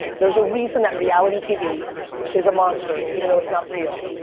there's a reason that reality tv is a monster, even though it's not real,